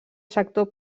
sector